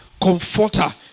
comforter